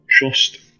trust